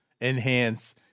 enhance